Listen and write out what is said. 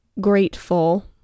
grateful